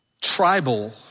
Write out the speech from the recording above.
Tribal